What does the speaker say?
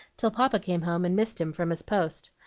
till papa came home and missed him from his post.